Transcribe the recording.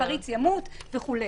הפריץ ימות וכו'.